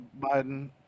Biden